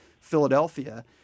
Philadelphia